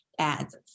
ads